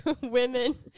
women